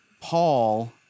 Paul